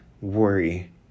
worry